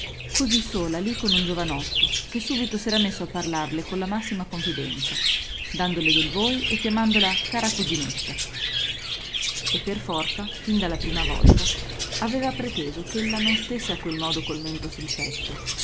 così sola lì con un giovanotto che subito s'era messo a parlarle con la massima confidenza dandole del voi e chiamandola cara cuginetta e per forza fin dalla prima volta aveva preteso ch'ella non stesse a quel modo col mento sul petto